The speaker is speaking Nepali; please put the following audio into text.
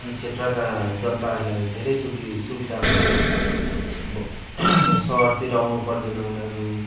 क्षेत्रका जनताहरूलाई धेरै सुवि सुविधा हुन्छ ब सहरतिर आउँनु पर्दैन उनीहरू